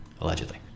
allegedly